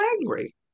angry